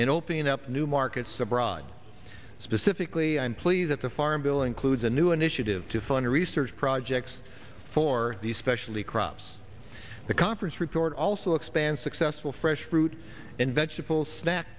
in opening up new markets abroad specifically i'm pleased that the farm bill includes a new initiative to fund research projects for these specialty crops the conference report also expands successful fresh fruit and vegetables snack